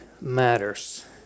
matters